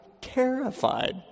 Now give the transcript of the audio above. terrified